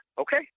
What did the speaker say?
okay